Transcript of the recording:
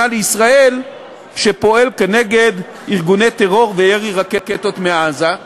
לישראל שפועל נגד ארגוני טרור וירי רקטות מעזה.